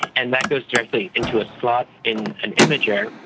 and that goes directly into a slot in an imager,